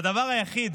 הדבר היחיד